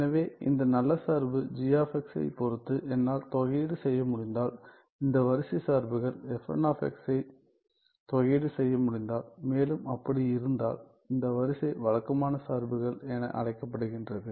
எனவே இந்த நல்ல சார்பு யை பொறுத்து என்னால் தொகையீடு செய்ய முடிந்தால் இந்த வரிசை சார்புகள் யை தொகையீடு செய்ய முடிந்தால் மேலும் அப்படி இருந்தால் இந்த வரிசை வழக்கமான சார்புகள் என அழைக்கப்படுகின்றது